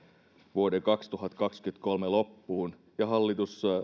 vuoden kaksituhattakaksikymmentäkolme loppuun mennessä ja hallitus